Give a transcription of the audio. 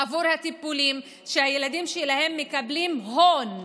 עבור הטיפולים כשהילדים שלהם מקבלים "הון".